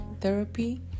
therapy